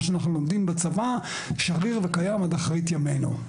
מה שאנחנו לומדים בצבא שריר וקיים עד אחרית ימינו.